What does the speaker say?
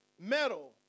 metal